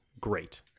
great